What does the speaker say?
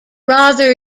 rather